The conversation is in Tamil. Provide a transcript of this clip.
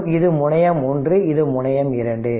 மற்றும் இது முனையம் ஒன்று இது முனையம் 2